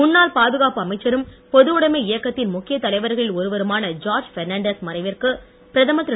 முன்னாள் பாதுகாப்பு அமைச்சரும் பொதுவுடமை இயக்கத்தின் முக்கியத் தலைவர்களில் ஒருவருமான ஜார்ஜ் பெர்னான்டஸ் மறைவிற்கு பிரதமர் திரு